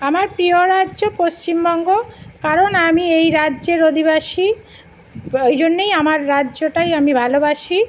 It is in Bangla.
আমার প্রিয় রাজ্য পশ্চিমবঙ্গ কারণ আমি এই রাজ্যের অধিবাসী ওই জন্যই আমার রাজ্যটাই আমি ভালোবাসি